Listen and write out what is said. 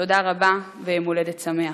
תודה רבה ויום-הולדת שמח.